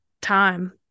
time